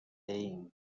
ایم